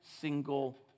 single